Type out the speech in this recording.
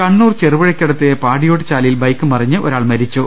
കണ്ണൂർ ചെറുപുഴയ്ക്കടുത്ത് പാടിയോട്ട് ചാലിൽ ബൈക്ക് മറിഞ്ഞ് ഒരാൾ മരിച്ചു